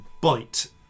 bite